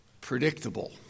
predictable